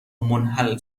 منحل